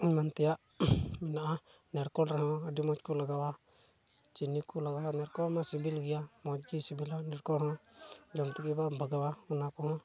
ᱮᱢᱟᱱ ᱛᱮᱭᱟᱜ ᱢᱮᱱᱟᱜᱼᱟ ᱡᱷᱟᱲᱠᱷᱚᱸᱰ ᱨᱮᱦᱚᱸ ᱟᱹᱰᱤ ᱢᱚᱡᱽ ᱠᱚ ᱞᱟᱜᱟᱣ ᱪᱤᱱᱤ ᱠᱚ ᱞᱟᱜᱟᱣᱟ ᱚᱱᱟ ᱠᱚ ᱢᱟ ᱥᱤᱵᱤᱞ ᱜᱮᱭᱟ ᱢᱚᱡᱽ ᱜᱮ ᱥᱤᱵᱤᱞᱟ ᱚᱱᱟ ᱠᱚᱦᱚᱸ ᱡᱚᱢ ᱛᱮᱜᱮ ᱵᱟᱢ ᱵᱷᱟᱜᱟᱜᱼᱟ ᱚᱱᱟ ᱠᱚᱦᱚᱸ